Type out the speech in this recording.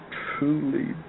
truly